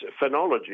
phenology